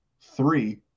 three